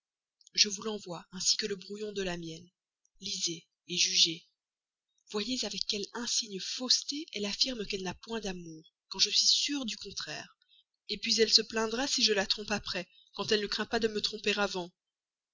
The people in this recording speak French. je vous l'envoie ainsi que le brouillon de la mienne lisez jugez voyez avec quelle insigne fausseté elle affirme qu'elle n'a point d'amour quand je suis sûr du contraire puis elle se plaindra si je la trompe après lorsqu'elle ne craint pas de me tromper